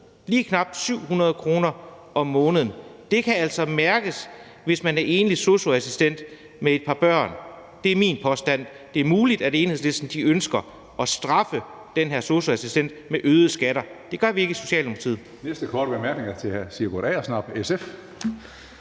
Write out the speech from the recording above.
Lige knap 700 kr. om måneden kan altså mærkes, hvis man er enlig sosu-assistent med et par børn. Det er min påstand. Det er muligt, at Enhedslisten ønsker at straffe den her sosu-assistent med øgede skatter; det gør vi ikke i Socialdemokratiet.